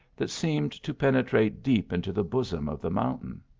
that seemed to penetrate deep into the bosom of the mountain.